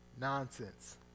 Nonsense